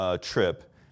trip